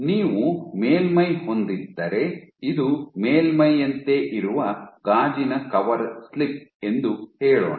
ನೀವು ಮೇಲ್ಮೈ ಹೊಂದಿದ್ದರೆ ಇದು ಮೇಲ್ಮೈಯಂತೆ ಇರುವ ಗಾಜಿನ ಕವರ್ ಸ್ಲಿಪ್ ಎಂದು ಹೇಳೋಣ